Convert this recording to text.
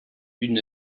une